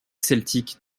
celtique